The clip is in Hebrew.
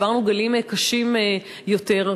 עברנו גלים קשים יותר.